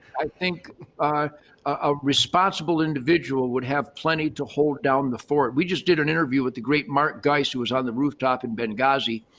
i think a responsible individual would have plenty to hold down the fort. we just did an interview with the great mark geist who was on the rooftop in benghazi.